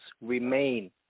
Remain